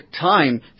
time